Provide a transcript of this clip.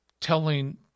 telling